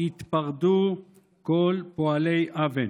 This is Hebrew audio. "יתפרדו כל פֹּעֲלֵי אָוֶן".